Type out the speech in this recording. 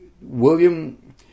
William